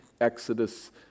Exodus